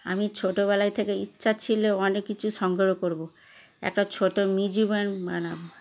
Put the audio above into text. আমি ছোটবেলায় থেকে ইচ্ছা ছিল অনেক কিছু সংগ্রহ করব একটা ছোট মিউজিয়াম বানাব